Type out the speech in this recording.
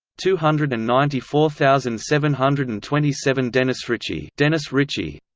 two hundred and ninety four thousand seven hundred and twenty seven dennisritchie dennisritchie